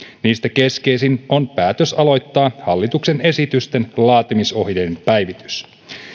niistä keskeisin on päätös aloittaa hallituksen esitysten laatimisohjeen päivitys